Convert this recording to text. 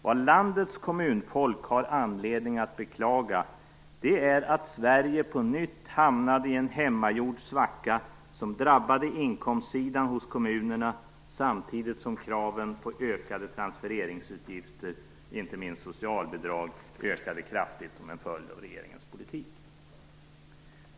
Vad landets kommunfolk har anledning att beklaga är att Sverige på nytt hamnade i en hemmagjord svacka som drabbade inkomstsidan hos kommunerna samtidigt som kraven på ökade transfereringsutgifter, inte minst socialbidrag, ökade kraftigt som en följd av regeringens politik.